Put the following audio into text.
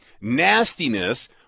nastiness